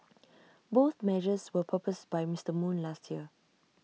both measures were proposed by Mister moon last year